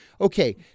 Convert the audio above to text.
Okay